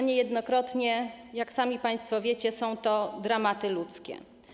Niejednokrotnie, jak sami państwo wiecie, są to dramaty ludzkie.